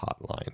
Hotline